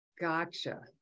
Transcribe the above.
Gotcha